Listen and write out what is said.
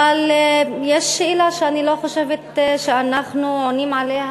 אבל יש שאלה שאני לא חושבת שאנחנו עונים עליה